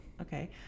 Okay